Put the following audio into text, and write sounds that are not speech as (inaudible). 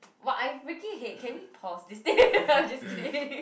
!wah! I freaking hate can we pause this thing (laughs) I'm just kidding